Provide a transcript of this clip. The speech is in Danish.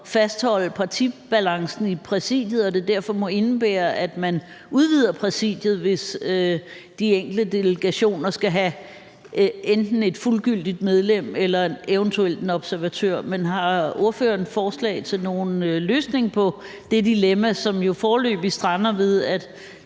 fastholde partibalancen i præsidiet, og det derfor må indebære, at man udvider præsidiet, hvis de enkelte delegationer skal have enten et fuldgyldigt medlem eller eventuelt en observatør. Men har ordføreren forslag til nogen løsning på det dilemma, som jo foreløbig strander, ved at